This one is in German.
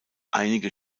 einige